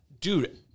dude